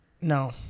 No